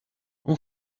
اون